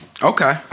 Okay